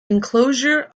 enclosure